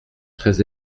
très